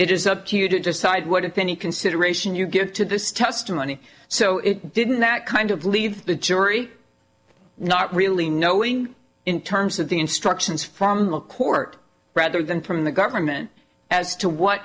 it is up to you to just side what if any consideration you give to this testimony so it didn't that kind of leave the jury not really knowing in terms of the instructions from the court rather than from the government as to what